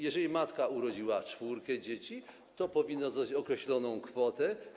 Jeżeli matka urodziła czwórkę dzieci, to powinna dostać określoną kwotę.